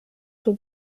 son